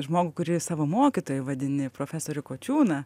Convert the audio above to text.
žmogų kurį savo mokytoju vadini profesorių kočiūną